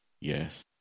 yes